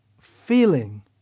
feeling